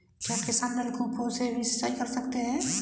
क्या किसान नल कूपों से भी सिंचाई कर सकते हैं?